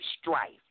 strife